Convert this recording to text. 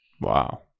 Wow